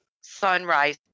sunrise